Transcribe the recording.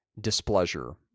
displeasure